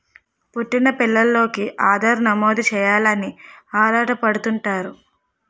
పుట్టిన పిల్లోలికి ఆధార్ నమోదు చేయించాలని ఆరాటపడుతుంటారు